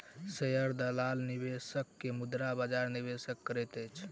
share दलाल निवेशक के मुद्रा बजार निवेश करैत अछि